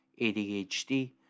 ADHD